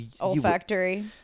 olfactory